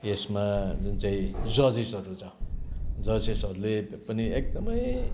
यसमा जुन चाहिँ जजेसहरू छ जजेसहरूले पनि एकदमै